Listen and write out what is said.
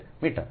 74 metre